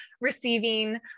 receiving